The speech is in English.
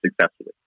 successfully